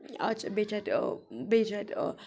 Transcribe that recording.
آز چھِ بیٚیہِ چھِ اَتہِ بیٚیہِ چھِ اَتہِ